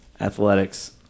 athletics